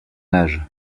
âge